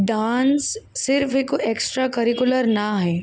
dance सिर्फ़ हिकु extracurricular ना आहे